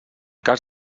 cas